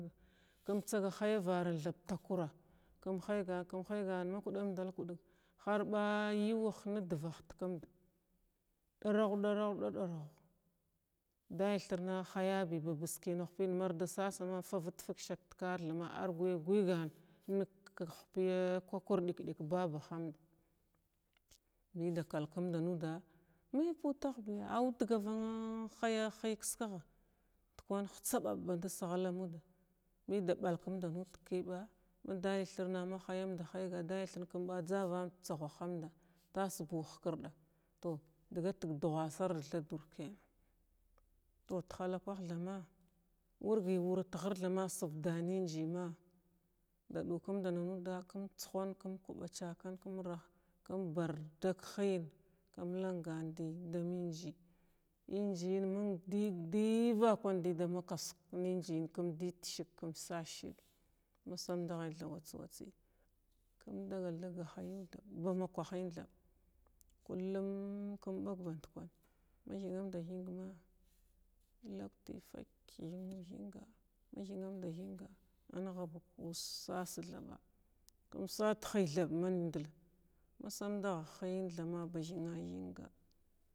Kum tsaga hiyavarin takura higaha ma kudandal kudiga harba yuwah divah tikimda darug-darug-da darug dalithrna hayabi ba biski hina kama ma favidfi sak tikara gigana aurig kah piya kurdi dik babahanda bi da kalkinda muda mai pudag biya aunidgavagan hayahi kiskirga kan hitsaba badig sigila bida balkimda nud kiɓa madali thirna madahi thrna dali thirma neʒa hayamda hyada madavali thrna kum gave ditsagaham tas buwa hkrda adda tig dugasa ardi thadura to tihalla kuh thaba wurgi wura hirma kada migiya kim kibacukane dida kada migiya kim kiba cukane hida mi giya engiyi miga divakwa di da makasuka dishaga kum sadishiga kum dagui da gahayuwa bama kwahin thiba kullum kun bag badkaha magigimda higma lukti fak madigrmda thinga anigaba uus sas thaba sadi hiythaba masamdaga hiyin ma bagiga giga.